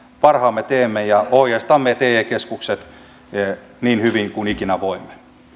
parhaamme teemme ja ohjeistamme te keskukset niin hyvin kuin ikinä voimme